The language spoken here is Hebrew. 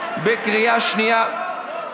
בקריאה שנייה,